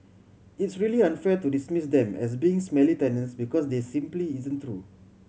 it's really unfair to dismiss them as being smelly tenants because that simply isn't true